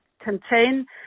contain